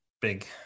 big